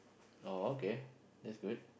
oh okay that's good